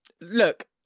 look